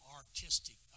artistic